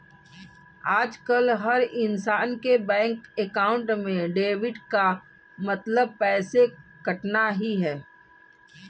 आजकल हर इन्सान के बैंक अकाउंट में डेबिट का मतलब पैसे कटना ही है